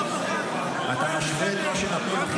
--- אתה משווה את מה שנתנו לכם?